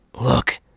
Look